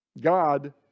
God